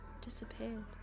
disappeared